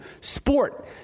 sport